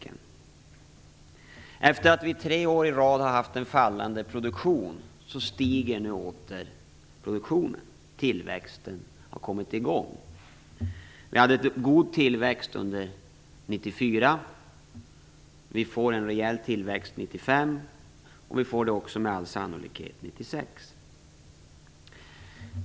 Efter det att vi tre år i rad har haft en fallande produktion stiger nu åter produktionen, tillväxten har kommit igång. Vi hade god tillväxt under 1994, vi får en rejäl tillväxt under 1995, och vi får det också med all sannolikhet 1996.